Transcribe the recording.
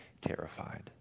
terrified